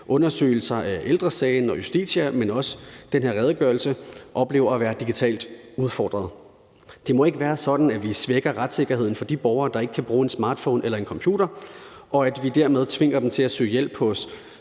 undersøgelser af Ældre Sagen og Justitia, men også ifølge den her redegørelse, oplever at være digitalt udfordrede. Det må ikke være sådan, at vi svækker retssikkerheden for de borgere, der ikke kan bruge en smartphone eller en computer, og at vi dermed tvinger dem til at søge hjælp hos